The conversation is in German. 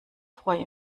freue